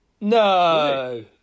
no